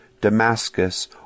Damascus